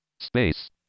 Space